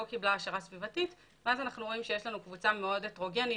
קיבלה העשרה סביבתית אנחנו רואים שיש לנו קבוצה מאוד הטרוגנית,